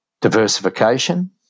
diversification